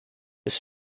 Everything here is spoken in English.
this